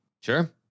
Sure